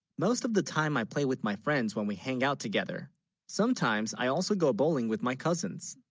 most of the time i play with, my friends when, we hang out together sometimes i also, go bowling with, my cousins